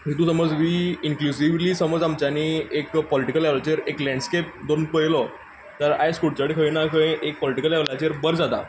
तेंतून समज व्ही इनक्लुजीवली समज आमच्यानी एक पोलिटीकल लेवलाचेर एक लेंडस्केप धरून पळयलो जाल्यार आयज कुडचडें खंय ना खंय एक पोलिटीकल लेवलाचेर बरें जाता